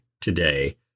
today